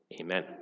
Amen